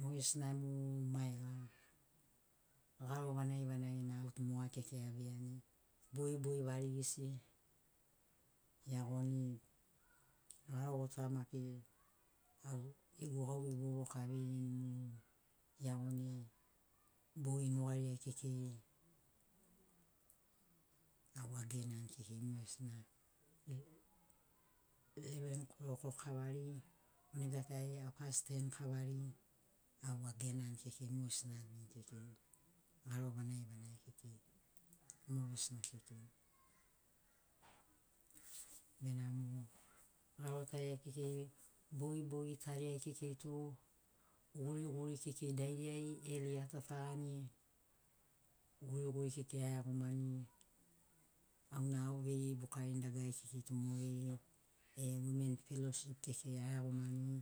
Mogesina mu. maiga garo vanagi vanagi na autu moga kekei aveiani bogibogi varigisi eagoni garogota maki au gegu gauvei vovoka aveirini eagoni bogi nugariai kekei au agenani kekei mogesina leven koloko kavari nega tari hapasten kavari au agenani kekei mogesina aveini kekei garo vanagi vanagi kekei mogesina kekei benamo garo tariai kekei bogibogi tariai kekei tu guriguri kekei dairiai eli atatagani guriguri kekei aeagomani auna agauveirini bukani dagarari kekei tu mogeri e wumen felosip kekei aeagomani